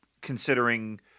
considering